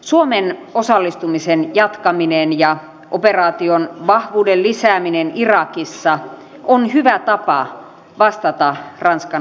suomen osallistumisen jatkaminen ja operaation vahvuuden lisääminen irakissa on hyvä tapa vastata ranskan avunpyyntöön